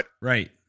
Right